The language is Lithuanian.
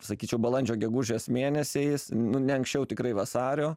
sakyčiau balandžio gegužės mėnesiais nu neanksčiau tikrai vasario